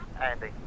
Andy